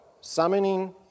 summoning